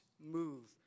move